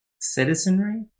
Citizenry